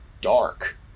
dark